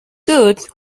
good